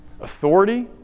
Authority